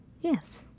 Yes